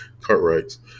Cartwrights